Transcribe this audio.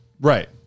Right